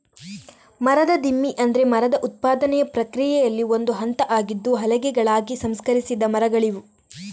ಮರದ ದಿಮ್ಮಿ ಅಂದ್ರೆ ಮರದ ಉತ್ಪಾದನೆಯ ಪ್ರಕ್ರಿಯೆಯಲ್ಲಿ ಒಂದು ಹಂತ ಆಗಿದ್ದು ಹಲಗೆಗಳಾಗಿ ಸಂಸ್ಕರಿಸಿದ ಮರಗಳಿವು